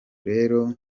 rero